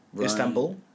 Istanbul